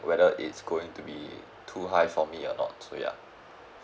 whether it's going to be too high for me or not so ya